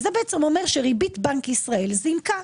וזה אומר שריבית בנק ישראל זינקה.